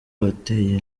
abateye